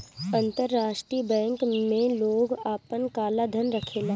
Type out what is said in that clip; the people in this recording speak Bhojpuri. अंतरराष्ट्रीय बैंक में लोग आपन काला धन रखेला